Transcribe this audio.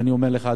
ואני אומר לך,